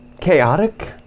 chaotic